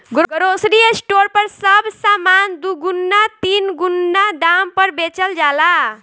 grocery store पर सब सामान दुगुना तीन गुना दाम पर बेचल जाला